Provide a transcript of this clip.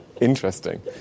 Interesting